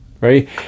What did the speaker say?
Right